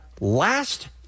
last